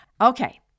Okay